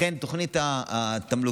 לכן בתוכנית התמלוגים,